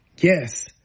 Yes